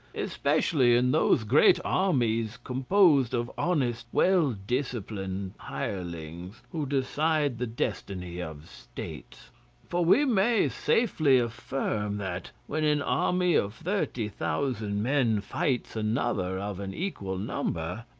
especially in those great armies composed of honest well-disciplined hirelings, who decide the destiny of states for we may safely affirm that when an army of thirty thousand men fights another of an equal number,